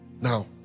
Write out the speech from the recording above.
Now